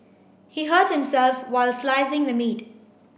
he hurt himself while slicing the meat